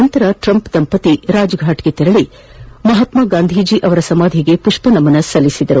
ನಂತರ ಟ್ರಂಪ್ ಅವರು ರಾಜಫಾಟ್ಗೆ ತೆರಳಿ ಮಹಾತ್ಮಾ ಗಾಂಧೀಜಿಯವರ ಸಮಾಧಿಗೆ ಪುಷ್ಸ ನಮನ ಸಲ್ಲಿಸಿದರು